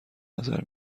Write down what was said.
نظر